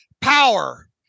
Power